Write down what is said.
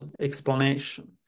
explanation